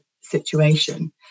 situation